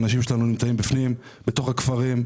שאנשים שלנו נמצאים בתוך הכפרים,